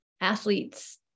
athletes